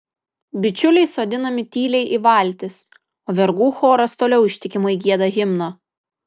bičiuliai sodinami tyliai į valtis o vergų choras toliau ištikimai gieda himną